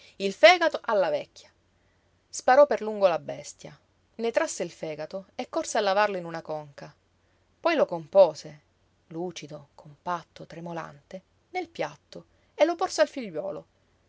il fegato alla vecchia sparò per lungo la bestia ne trasse il fegato e corse a lavarlo in una conca poi lo compose lucido compatto tremolante nel piatto e lo porse al figliuolo